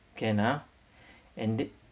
can ah and did